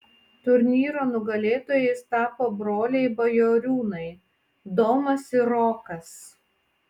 turnyro nugalėtojais tapo broliai bajoriūnai domas ir rokas